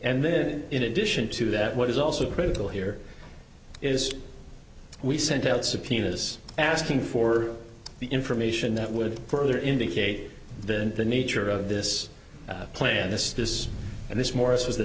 and then in addition to that what is also critical here is we sent out subpoenas asking for the information that would further indicate then the nature of this plan this this and this